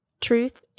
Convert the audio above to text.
Truth